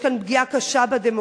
יש כאן פגיעה קשה בדמוקרטיה,